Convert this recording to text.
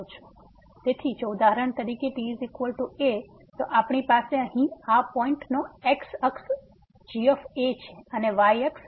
તેથી જો ઉદાહરણ તરીકે t a તો આપણી પાસે અહીં આ પોઈંટ નો x અક્ષ g છે અને y અક્ષ f છે